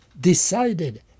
decided